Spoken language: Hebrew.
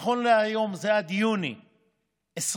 ונכון להיום זה עד יוני 2021,